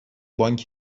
بانک